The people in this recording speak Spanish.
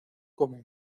como